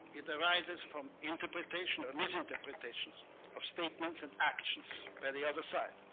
it arises from interpretation or misinterpretations of statements and actions by the other side.